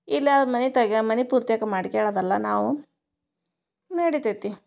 ಇಲ್ಲೇ ಆದ್ರೆ ಮನೆ ತಗ ಮನೆ ಪೂರ್ತಿಯಾಕ ಮಾಡ್ಕೊಳ್ಳೊದಲ್ಲ ನಾವು ನಡಿತೈತಿ